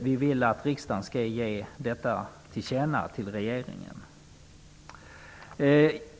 Vi vill att riksdagen skall ge detta regeringen till känna.